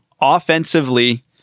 Offensively